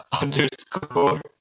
underscore